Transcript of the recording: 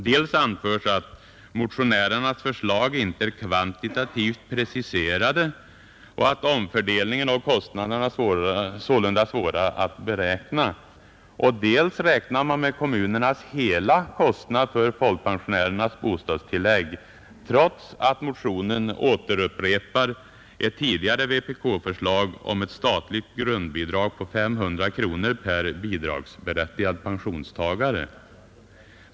Dels anförs att ”motionärernas förslag inte är kvantitativt preciserade” och att omfördelningen av kostnaderna sålunda är svår att beräkna, dels räknar man med kommunernas hela kostnad för folkpensionärernas bostadstillägg, trots att motionen upprepar ett tidigare vpk-förslag om ett statligt grundbidrag på 500 kronor per bidragsberättigad pensionstagare.